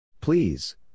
please